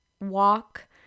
walk